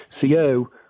CO